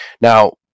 Now